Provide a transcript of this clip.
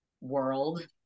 world